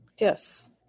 Yes